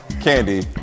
candy